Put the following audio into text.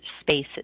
spaces